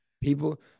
people